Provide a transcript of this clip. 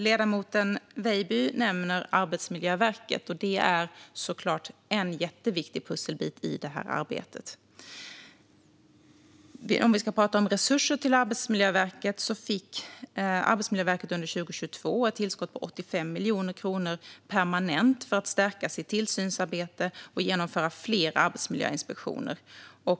Ledamoten Weidby nämnder Arbetsmiljöverket, och det är såklart en jätteviktig pusselbit i arbetet. Om vi ska prata om resurser till Arbetsmiljöverket så fick de under 2022 ett tillskott på 85 miljoner kronor permanent för att stärka sitt tillsynsarbete och genomföra fler arbetsmiljöinspektioner.